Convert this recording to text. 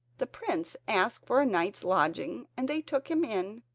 the prince asked for a night's lodging and they took him in,